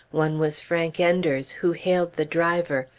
one was frank enders, who hailed the driver.